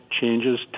changes